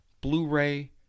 Blu-ray